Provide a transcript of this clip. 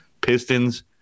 Pistons